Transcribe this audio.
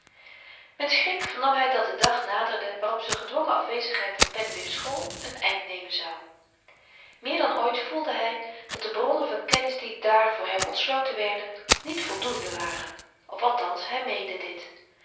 met schrik vernam hy dat de dag naderde waarop z'n gedwongen afwezigheid van pennewips school een eind nemen zou meer dan ooit voelde hy dat de bronnen van kennis die daar voor hem ontsloten werden niet voldoende waren of althans hy meende dit